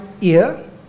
ear